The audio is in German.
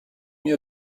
ihr